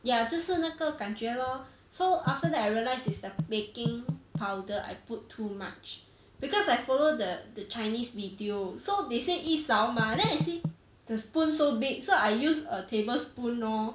ya 就是那个感觉 lor so after that I realised it's the baking powder I put too much because I follow the the chinese video so they say 一勺 mah then I see the spoon so big so I use a tablespoon lor